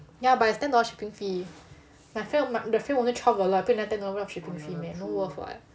ya but it's ten dollar shipping fee my frame the frame only twelve dollar I pay nine ten dollar shipping fee meh no worth [what]